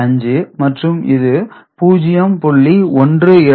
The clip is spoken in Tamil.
5 மற்றும் இது 0